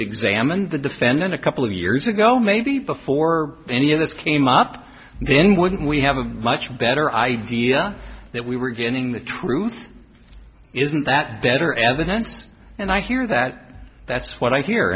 d examined the defendant a couple of years ago maybe before any of this came up then wouldn't we have a much better idea that we were getting the truth isn't that better evidence and i hear that that's what i hear